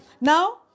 Now